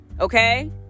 okay